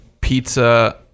pizza